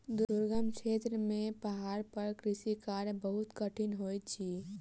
दुर्गम क्षेत्र में पहाड़ पर कृषि कार्य बहुत कठिन होइत अछि